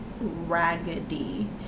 raggedy